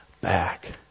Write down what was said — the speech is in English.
back